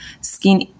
skin